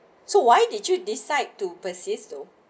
so why did you decide to persists though